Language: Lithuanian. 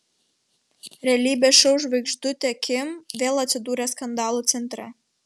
realybės šou žvaigždutė kim vėl atsidūrė skandalų centre